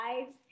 lives